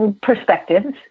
perspectives